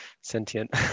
sentient